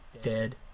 Dead